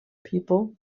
people